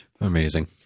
amazing